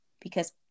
because-